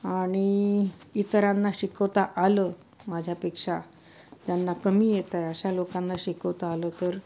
आणि इतरांना शिकवता आलं माझ्यापेक्षा त्यांना कमी येतं आहे अशा लोकांना शिकवता आलं तर